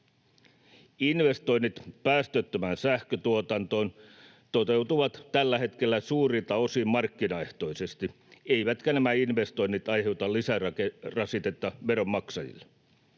Investoinnit päästöttömään sähköntuotantoon toteutuvat tällä hetkellä suurelta osin markkinaehtoisesti, eivätkä nämä investoinnit aiheuta lisärasitetta veronmaksajille.